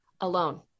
alone